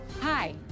Hi